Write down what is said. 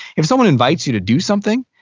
if someone invites you to do something,